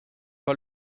pas